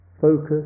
focus